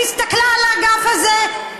והסתכלה על האגף הזה?